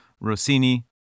Rossini